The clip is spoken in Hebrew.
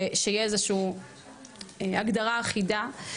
ושתהיה איזושהי הגדרה אחידה.